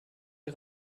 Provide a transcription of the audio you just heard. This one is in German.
sie